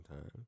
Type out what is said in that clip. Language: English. time